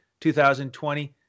2020